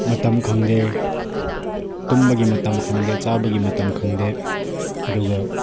ꯃꯇꯝ ꯈꯪꯗꯦ ꯇꯨꯝꯕꯒꯤ ꯃꯇꯝ ꯈꯪꯗꯦ ꯆꯥꯕꯒꯤ ꯃꯇꯝ ꯈꯪꯗꯦ ꯑꯗꯨꯒ